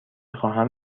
خواهم